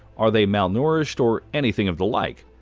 are they malnourished or anything of the like.